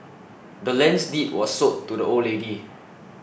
the land's deed was sold to the old lady